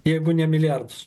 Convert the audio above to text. jeigu ne milijardus